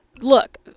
Look